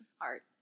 art